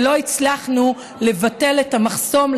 ולא הצלחנו לבטל את המחסום,